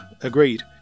agreed